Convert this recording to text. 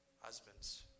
husbands